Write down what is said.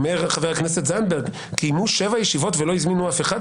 אומר חבר הכנסת זנדברג: קיימו שבע ישיבות ולא הזמינו אף אחד?